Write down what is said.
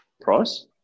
price